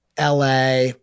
LA